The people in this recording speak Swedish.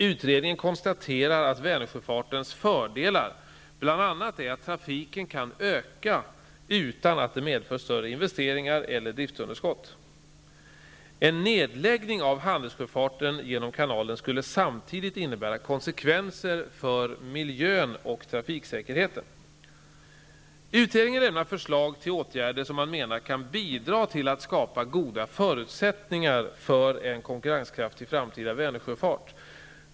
Utredningen konstaterar att Vänersjöfartens fördelar bl.a. är att trafiken kan öka utan att det medför större investeringar eller driftsunderskott. En nedläggning av handelssjöfarten genom kanalen skulle samtidigt innebära konsekvenser för miljön och trafiksäkerheten. Utredningen lämnar förslag till åtgärder som man menar kan bidra till att skapa goda förutsättningar för en konkurrenskraftig framtida Vänersjöfart.